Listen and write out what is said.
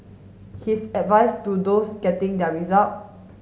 his advice to those getting their result